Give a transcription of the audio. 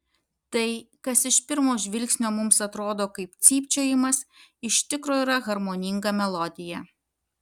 tai kas iš pirmo žvilgsnio mums atrodo kaip cypčiojimas iš tikro yra harmoninga melodija